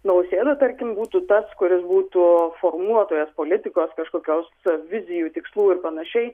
nausėda tarkim būtų tas kuris būtų formuotojas politikos kažkokios su vizijų tikslų ir panašiai